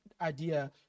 idea